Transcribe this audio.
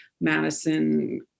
Madison